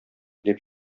дип